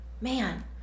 Man